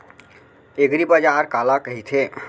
एगरीबाजार काला कहिथे?